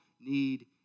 need